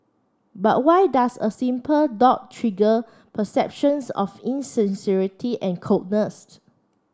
but why does a simple dot trigger perceptions of insincerity and coldness